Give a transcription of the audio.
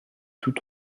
tout